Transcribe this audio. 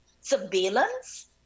surveillance